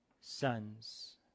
sons